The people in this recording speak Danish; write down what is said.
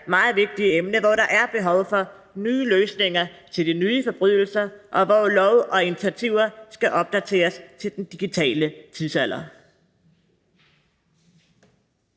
meget vigtige emne, hvor der er behov for nye løsninger til de nye forbrydelser, og hvor lov og initiativer skal opdateres til den digitale tidsalder.